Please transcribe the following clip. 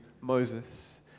Moses